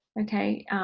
okay